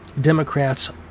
Democrats